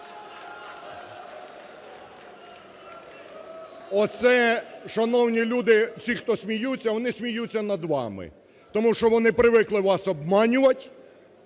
Оце, шановні люди, всі, хто сміються, вони сміються над вами. Тому що вони привикли вас обманювати,